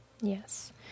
Yes